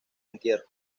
entierro